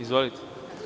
Izvolite.